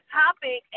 topic